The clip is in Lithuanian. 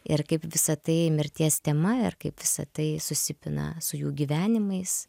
ir kaip visa tai mirties tema ir kaip visa tai susipina su jų gyvenimais